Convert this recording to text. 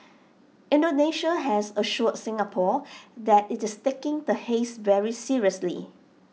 Indonesia has assured Singapore that IT is taking the haze very seriously